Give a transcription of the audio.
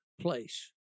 place